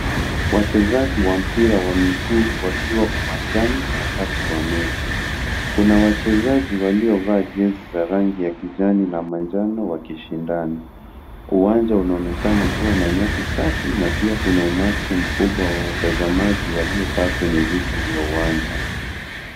Wachezaji wa mpira wa miguu wakiwa uwanjani wakati wa mechi, kuna wachezaji waliovaa jersey za rangi ya kijani na manjano wakishindana, uwanja unaonekana kuwa na nyasi safi na pia kuna umati mkubwa wa watazamaji waliokaa kwenye viti vya uwanja.